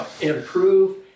improve